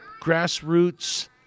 Grassroots